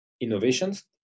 innovations